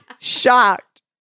Shocked